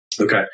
Okay